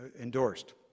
endorsed